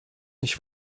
nicht